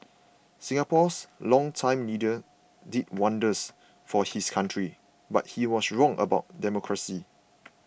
Singapore's longtime leader did wonders for his country but he was wrong about democracy